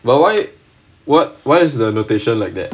why why what why is the annotation like that